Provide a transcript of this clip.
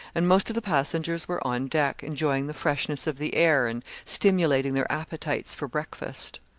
and most of the passengers were on deck, enjoying the freshness of the air, and stimulating their appetites for breakfast.